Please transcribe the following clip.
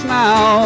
now